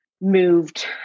moved